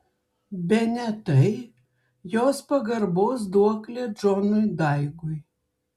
bene tai jos pagarbos duoklė džonui daigui